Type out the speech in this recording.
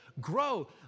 grow